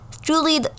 truly